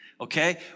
okay